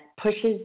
pushes